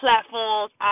platforms